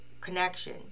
connection